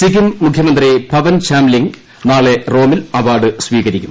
സിക്കിം മുഖ്യമന്ത്രി പവൻ ചാമ്ലിങ് നാളെ റോമിൽ അവാർഡ് സ്വീകരിക്കും